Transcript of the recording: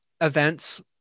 events